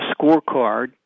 scorecard